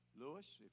Lewis